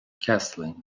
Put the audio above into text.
castling